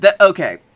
okay